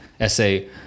essay